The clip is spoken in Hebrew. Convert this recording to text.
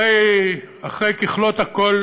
הרי אחרי ככלות הכול